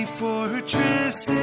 fortress